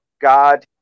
God